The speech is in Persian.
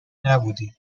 نبودی